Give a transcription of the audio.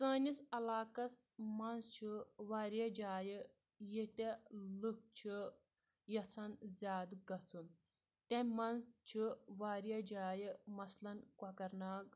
سٲنِس علاقَس منٛز چھُ واریاہ جایہِ ییٚتہِ لُکھ چھِ یَژھان زیادٕ گژھُن تَمہِ منٛز چھُ واریاہ جایہِ مثلن کۄکَرناگ